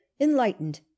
enlightened